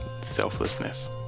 selflessness